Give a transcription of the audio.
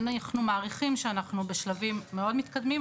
אנחנו מעריכים שאנחנו בשלבים מאוד מתקדמים,